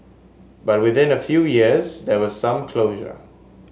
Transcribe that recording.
but within a few years there was some closure